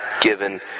given